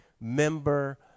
member